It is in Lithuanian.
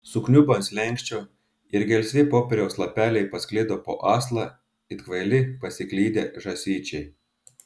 sukniubo ant slenksčio ir gelsvi popieriaus lapeliai pasklido po aslą it kvaili pasiklydę žąsyčiai